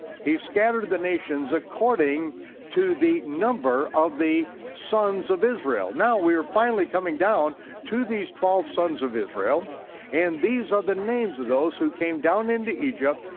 he scattered the nations according to the number of the sons of israel. now we're finally coming down to these twelve sons of israel and these are the names of those who came down into egypt,